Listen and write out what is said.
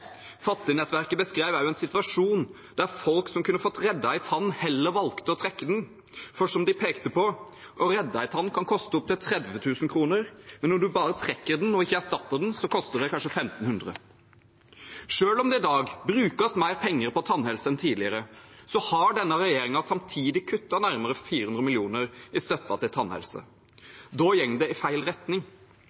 Fattignettverket Norge beskrev også en situasjon der folk som kunne fått reddet en tann, heller valgte å trekke den, for, som de pekte på, å redde en tann kan koste opptil 30 000 kr, men når man bare trekker den og ikke erstatter den, koster det kanskje 1 500 kr. Selv om det i dag brukes mer penger på tannhelse enn tidligere, har denne regjeringen samtidig kuttet nærmere 400 mill. kr i støtten til tannhelse. Da går det i feil retning.